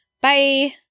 Bye